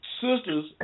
sisters